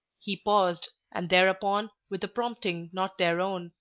he paused, and thereupon, with a prompting not their own,